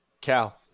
Cal